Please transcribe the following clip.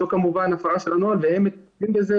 זו כמובן הפרה של הנוהל והם מטפלים בזה